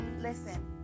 listen